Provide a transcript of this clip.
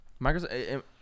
Microsoft